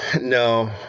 No